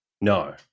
No